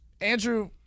Andrew